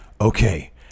Okay